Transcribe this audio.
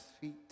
feet